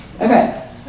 Okay